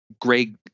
Greg